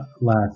last